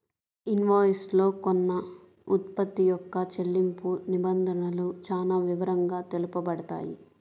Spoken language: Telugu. ఇన్వాయిస్ లో కొన్న ఉత్పత్తి యొక్క చెల్లింపు నిబంధనలు చానా వివరంగా తెలుపబడతాయి